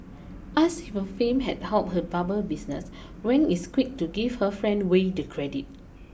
asked if her fame had helped her barber business Wang is quick to give her friend Way the credit